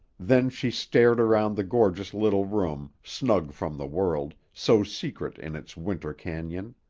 then she stared around the gorgeous little room, snug from the world, so secret in its winter canon.